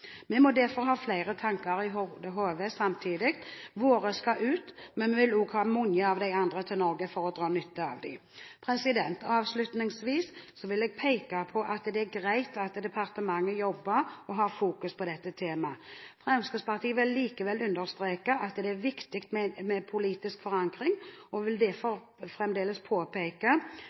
Vi må derfor ha flere tanker i hodet samtidig. Våre skal ut, men vi vil òg ha mange av de andre til Norge for å dra nytte av dem. Avslutningsvis vil jeg peke på at det er greit at departementet jobber og har fokus på dette tema. Fremskrittspartiet vil likevel understreke at det er viktig med politisk forankring, og vil derfor fremdeles påpeke